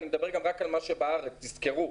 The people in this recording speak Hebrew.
אני מדבר רק על מה שבארץ, תזכרו.